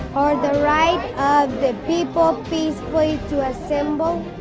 or the right of the people peacefully to assemble